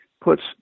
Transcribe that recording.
puts